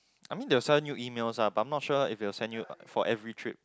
I mean they'll send you emails ah but I'm not sure if they will send you for every trip